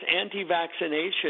anti-vaccination